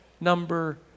number